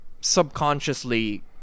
subconsciously